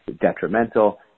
detrimental